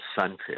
sunfish